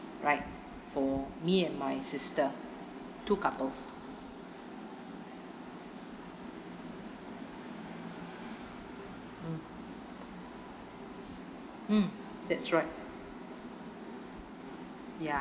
right for me and my sister two couples mm mm that's right ya